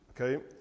Okay